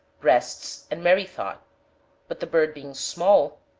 breast, and merry-thought but the bird being small,